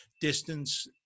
distance